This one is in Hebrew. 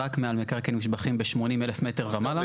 רק מקרקעין מושבחים ב-80,000 מטר ומעלה.